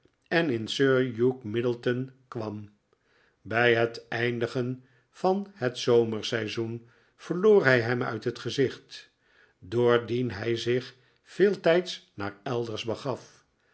en in sir hugh middleton kwam bijhet eindigen van het zomerseizoen verloor hij hem uit het gezicht doordien hij zich veeltijds naar elders begaf